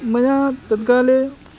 मया तद्काले